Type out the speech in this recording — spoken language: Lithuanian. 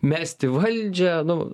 mesti valdžią nu